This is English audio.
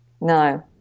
No